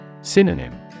Synonym